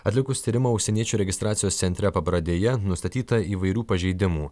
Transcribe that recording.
atlikus tyrimą užsieniečių registracijos centre pabradėje nustatyta įvairių pažeidimų